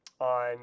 On